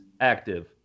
active